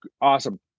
awesome